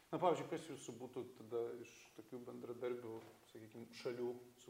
na pavyzdžiui kas jūsų būtų tada iš tokių bendradarbių sakykim šalių su